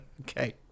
okay